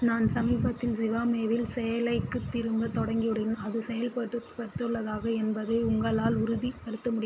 நான் சமீபத்தில் ஜிவாமே வில் சேலைக்கு திரும்பத் தொடங்கி உடன் அது செயல்படுத்த பட்டுள்ளதா என்பதை உங்களால் உறுதிப்படுத்த முடிமா